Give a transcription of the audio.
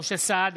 משה סעדה,